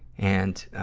and